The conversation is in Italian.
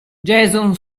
jason